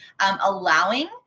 allowing